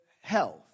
health